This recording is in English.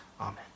Amen